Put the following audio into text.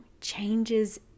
changes